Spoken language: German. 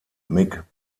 mick